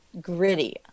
gritty